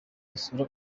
basura